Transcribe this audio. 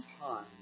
time